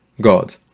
God